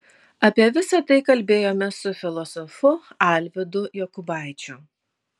apie visa tai kalbėjomės su filosofu alvydu jokubaičiu